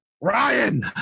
Ryan